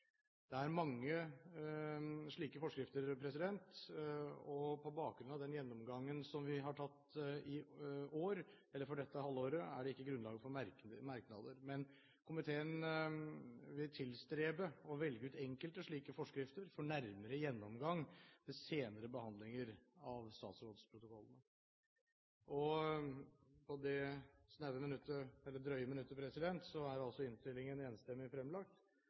Det er mange slike forskrifter, og på bakgrunn av den gjennomgangen som vi har tatt for dette halvåret, er det ikke grunnlag for merknader. Komiteen vil tilstrebe å velge ut enkelte slike forskrifter for nærmere gjennomgang ved senere behandlinger av statsrådsprotokollene. På det drøye minuttet er den enstemmige innstillingen fremlagt. Siden det ikke er